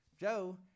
Joe